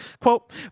Quote